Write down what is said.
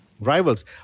rivals